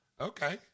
Okay